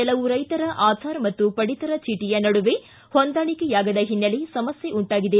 ಕೆಲವು ರೈತರ ಆಧಾರ್ ಮತ್ತು ಪಡಿತರ ಚೀಟಯ ನಡುವೆ ಹೊಂದಾಣಿಕೆಯಾಗದ ಹಿನ್ನೆಲೆ ಸಮಸ್ಯೆ ಉಂಟಾಗಿದೆ